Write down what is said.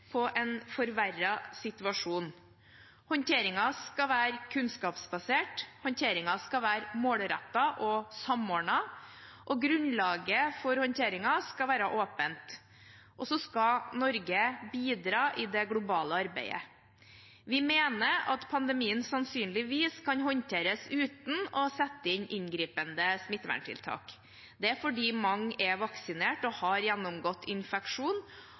på en forverret situasjon. Håndteringen skal være kunnskapsbasert. Håndteringen skal være målrettet og samordnet. Grunnlaget for håndteringen skal være åpent. Norge skal bidra i det globale arbeidet. Vi mener at pandemien sannsynligvis kan håndteres uten å sette inn inngripende smitteverntiltak. Det er fordi mange er vaksinert og har gjennomgått infeksjon,